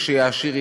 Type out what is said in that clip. ושיעשיר,